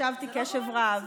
הקשבתי בקשב רב,